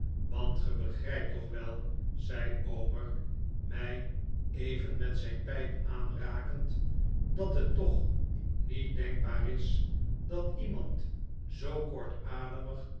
want ge begrijpt toch wel zei omer mij even met zijn pijp aanrakend dat het toch niet denkbaar is dat iemand zoo